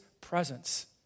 presence